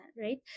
right